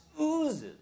oozes